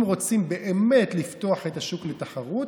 אם רוצים באמת לפתוח את השוק לתחרות,